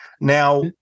Now